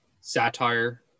satire